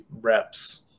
reps